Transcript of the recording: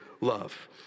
love